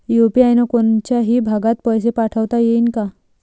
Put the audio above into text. UPI न कोनच्याही भागात पैसे पाठवता येईन का?